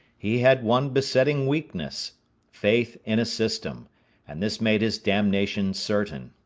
he had one besetting weakness faith in a system and this made his damnation certain.